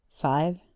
Five